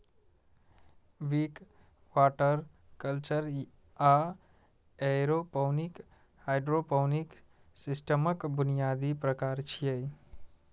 Wick, water culture आ aeroponic hydroponic सिस्टमक बुनियादी प्रकार छियै